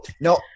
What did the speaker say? no